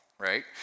Right